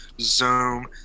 zoom